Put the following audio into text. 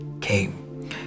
came